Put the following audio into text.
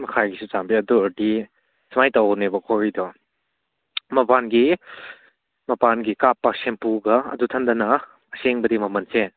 ꯃꯈꯥꯒꯤꯁꯨ ꯆꯥꯝꯒꯦ ꯑꯗꯨ ꯑꯣꯏꯔꯗꯤ ꯁꯨꯃꯥꯏꯅ ꯇꯧꯕꯅꯦꯕꯀꯣ ꯋꯥꯔꯤꯗꯣ ꯃꯄꯥꯟꯒꯤ ꯃꯄꯥꯟꯒꯤ ꯀꯥꯞꯄ ꯁꯦꯝꯄꯨꯒ ꯑꯗꯨ ꯃꯊꯟꯗꯅ ꯑꯁꯦꯡꯕꯗꯤ ꯃꯃꯜꯁꯦ